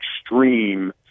extreme